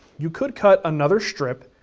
you could cut another strip,